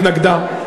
התנגדה,